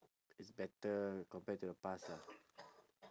is better compared to the past lah